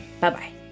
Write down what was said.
Bye-bye